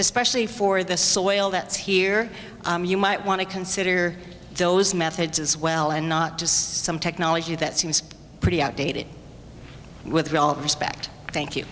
especially for the soil that's here you might want to consider those methods as well and not just some technology that seems pretty outdated with respect thank you